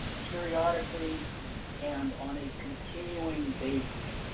periodically and on a continuing basis.